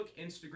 Instagram